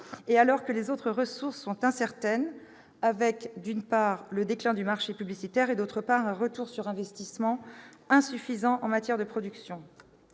et alors que les autres ressources sont incertaines, avec, d'une part, le déclin du marché publicitaire et, d'autre part, un retour sur investissement insuffisant en matière de production.